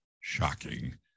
Shocking